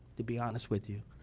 to be honest with you.